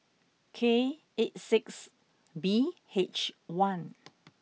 K eight six B H one